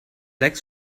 lecks